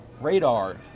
Radar